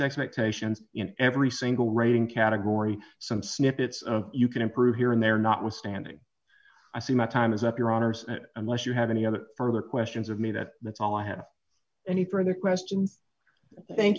expectations in every single rating category some snippets of you can improve here and there notwithstanding i see my time is up your honors unless you have any other further questions of me that that's all i have any further questions thank